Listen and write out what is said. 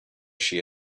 she